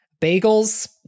bagels